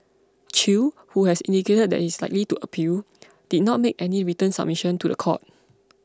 Chew who has indicated that he is likely to appeal did not make any written submission to the court